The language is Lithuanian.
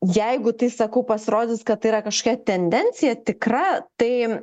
jeigu tai sakau pasirodys kad tai yra kažkokia tendencija tikra tai